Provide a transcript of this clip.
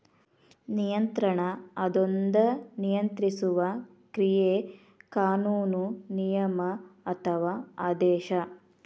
ನಿಯಂತ್ರಣ ಅದೊಂದ ನಿಯಂತ್ರಿಸುವ ಕ್ರಿಯೆ ಕಾನೂನು ನಿಯಮ ಅಥವಾ ಆದೇಶ